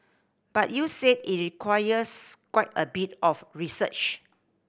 but you said it requires quite a bit of research